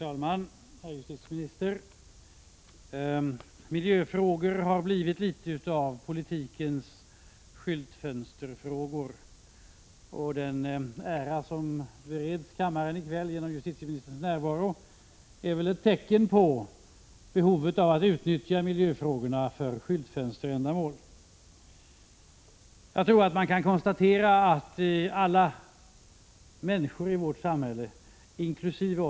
Herr talman! Miljöfrågor har blivit något av politikens skyltfönsterfrågor, och den ära som i kväll bereds kammaren genom att justitieministern är närvarande är väl ett tecken på behovet av att utnyttja miljöfrågorna för skyltfönsterändamål. Jag tror att man kan konstatera att alla människor i vårt samhälle, inkl.